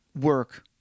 work